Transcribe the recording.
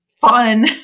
fun